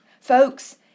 Folks